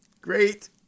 Great